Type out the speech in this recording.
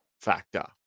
factor